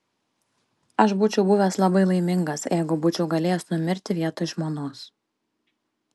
aš būčiau buvęs labai laimingas jeigu būčiau galėjęs numirti vietoj žmonos